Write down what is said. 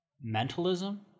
mentalism